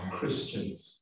Christians